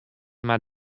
mar